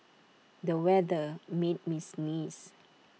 the weather made me sneeze